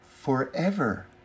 forever